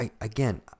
Again